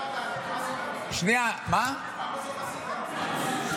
מה עשית בסוף?